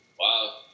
wow